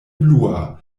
blua